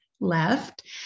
Left